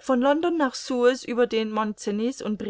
von london nach suez über den mont cenis und